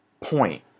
point